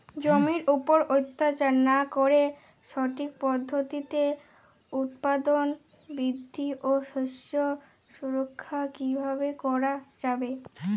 জমির উপর অত্যাচার না করে সঠিক পদ্ধতিতে উৎপাদন বৃদ্ধি ও শস্য সুরক্ষা কীভাবে করা যাবে?